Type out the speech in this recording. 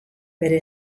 bere